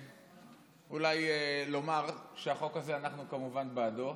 אולי לומר שהחוק הזה, אנחנו כמובן בעדו,